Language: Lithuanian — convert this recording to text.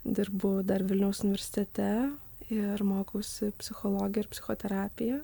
dirbu dar vilniaus universitete ir mokausi psichologiją ir psichoterapiją